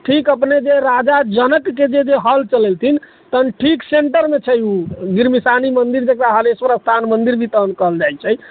ठीक अपने जे राजा जनकके जे हल चलेलखिन तहन ठीक सेन्टरमे छै ओ गिरमिसानी मन्दिर जकरा हरेश्वर स्थान मन्दिर भी तहन कहल जाइ छै